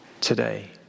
today